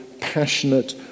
passionate